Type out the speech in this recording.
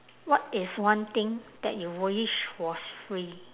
what is one thing that you wish was free